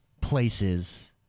places